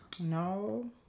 No